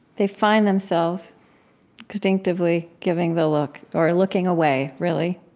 they find themselves instinctively giving the look or looking away, really.